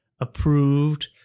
approved